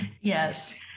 Yes